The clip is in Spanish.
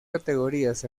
categorías